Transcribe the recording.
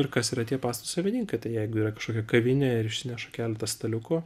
ir kas yra tie pastato savininkai tai jeigu yra kažkokia kavinė ir išsineša keleta staliukų